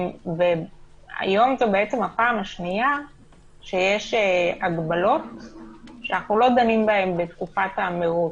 היום זו בעצם הפעם השנייה שיש הגבלות שאנחנו לא דנים בהן מראש.